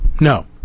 No